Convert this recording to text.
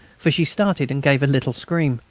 for she started and gave a little scream.